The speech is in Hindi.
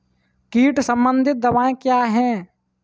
कीट संबंधित दवाएँ क्या हैं?